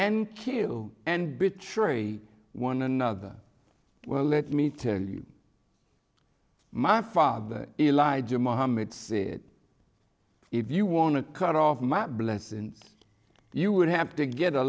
and kill and betrayed one another well let me tell you my father elijah mohammed said if you want to cut off my blessin you would have to get a